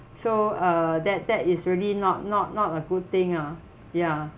so uh that that is really not not not a good thing ah ya